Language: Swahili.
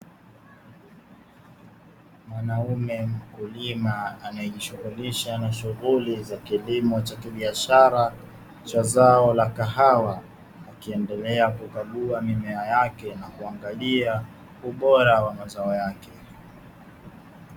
Mwanaume mkulima anayejishughulisha na shughuli za kilimo cha kibiashara cha zao la kahawa, akiendelea kukagua mimea yake na kuangalia ubora wa mazao yake.